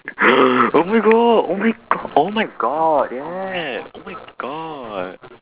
oh my god oh my g~ oh my god yeah oh my god